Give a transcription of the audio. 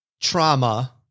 trauma